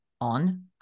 on